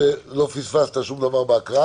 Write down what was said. התייחסנו לדבר הזה.